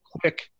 quick